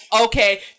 okay